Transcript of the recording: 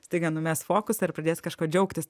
staiga numes fokusą ir pradės kažkuo džiaugtis